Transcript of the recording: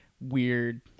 weird